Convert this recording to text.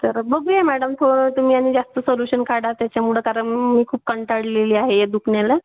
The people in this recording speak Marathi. तर बघू या मॅडम थोडं तुम्ही आणि जास्त सोल्यूशन काढा त्याच्यामुळं कारण मी खूप कंटाळलेली आहे या दुखण्याला